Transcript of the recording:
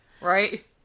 Right